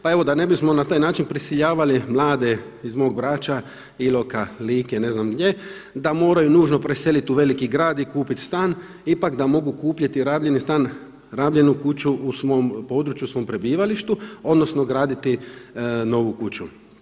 Pa evo da ne bismo na taj način prisiljavali mlade iz mog Brača, Iloka, Like ili ne znam gdje da moraju nužno preseliti u veliki grad i kupiti stan ipak da mogu kupiti rabljeni stan, rabljenu kuću u svom području, u svom prebivalištu, odnosno graditi novu kuću.